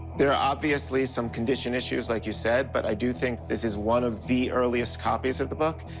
there are obviously some condition issues, like you said. but i do think this is one of the earliest copies of the book.